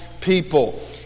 people